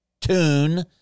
tune